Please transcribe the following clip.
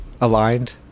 aligned